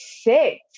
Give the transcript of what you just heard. six